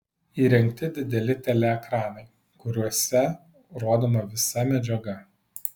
įrengti dideli teleekranai kuriuose rodoma visa medžiaga